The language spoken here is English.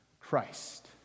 Christ